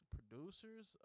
Producers